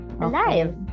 alive